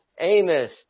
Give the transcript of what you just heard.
Amos